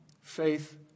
Faith